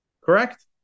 Correct